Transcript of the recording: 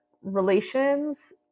relations